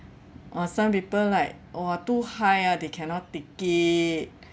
or some people like !wah! too high ah they cannot take it